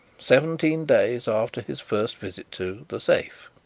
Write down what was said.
seventeen days after his first visit to the safe.